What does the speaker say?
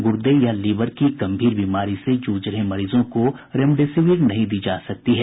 गुर्दे या लीवर की गंभीर बीमारी से जूझ रहे मरीजों को रेमडेसिविर नहीं दी जा सकती है